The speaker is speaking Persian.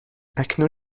اکنون